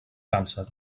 càncer